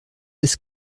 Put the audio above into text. ist